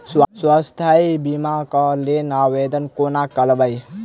स्वास्थ्य बीमा कऽ लेल आवेदन कोना करबै?